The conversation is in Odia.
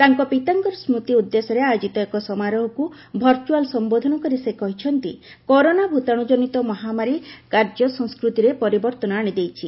ତାଙ୍କ ପିତାଙ୍କ ସ୍କତି ଉଦ୍ଦେଶ୍ୟରେ ଆୟୋଜିତ ଏକ ସମାରୋହକୁ ଭର୍ଚ୍ଚଆଲ୍ ସମ୍ଘୋଧନ କରି ସେ କହିଛନ୍ତି କରୋନା ଭୂତାଣୁ ଜନିତ ମହାମାରୀ କାର୍ଯ୍ୟ ସଂସ୍କୃତିରେ ପରିବର୍ତ୍ତନ ଆଣିଦେଇଛି